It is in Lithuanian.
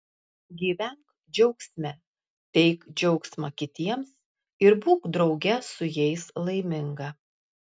gyvenk džiaugsme teik džiaugsmą kitiems ir būk drauge su jais laiminga